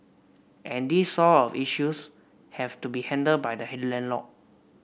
and these sort of issues have to be handled by the landlord